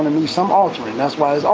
need some altering that's why